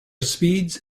speeds